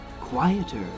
quieter